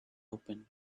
open